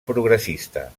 progressista